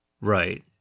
Right